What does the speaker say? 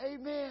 Amen